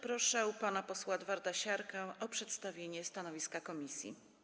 Proszę pana posła Edwarda Siarkę o przedstawienie stanowiska komisji.